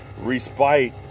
respite